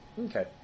Okay